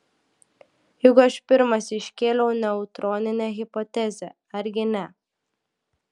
juk aš pirmas iškėliau neutroninę hipotezę argi ne